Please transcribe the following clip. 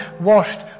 washed